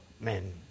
men